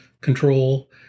control